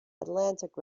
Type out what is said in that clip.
atlantic